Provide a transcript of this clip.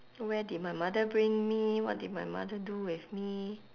where did my mother bring me what did my mother do with me